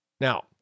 Now